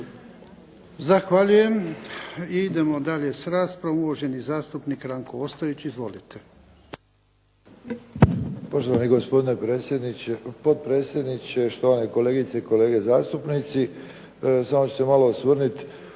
Zahvaljujem. Idemo dalje sa raspravom. Uvaženi zastupnik Ranko Ostojić. **Ostojić, Ranko (SDP)** Poštovani gospodine potpredsjedniče, štovane kolegice i kolege zastupnici. Samo ću se malo osvrnuti